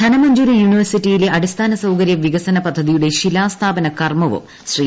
ധനമഞ്ചൂരി യൂണിവേഴ്സിറ്റിയിലെ അടിസ്ഥാന സൌകര്യ വികസന പദ്ധതിയുടെ ശിലാസ്ഥാപന കർമ്മവും ശ്രീ